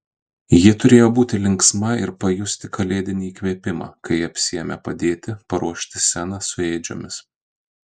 ji turėjo būti linksma ir pajusti kalėdinį įkvėpimą kai apsiėmė padėti paruošti sceną su ėdžiomis